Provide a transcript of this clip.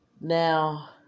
Now